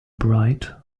bright